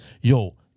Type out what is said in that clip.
Yo